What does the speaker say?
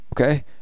okay